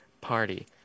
party